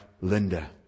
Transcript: Linda